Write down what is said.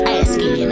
asking